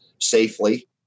safely